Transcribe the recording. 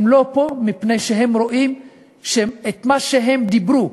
הם לא פה מפני שהם רואים שאת מה שהם דיברו,